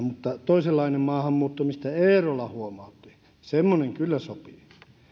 toisenlainen maahanmuutto mistä eerola huomautti semmoinen kyllä sopii